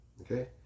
Okay